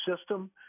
system